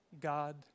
God